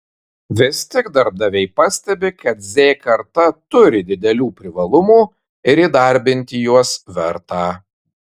vis tik darbdaviai pastebi kad z karta turi didelių privalumų ir įdarbinti juos verta